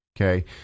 okay